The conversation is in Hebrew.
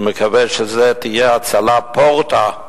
אני מקווה שזו תהיה הצלה פורתא,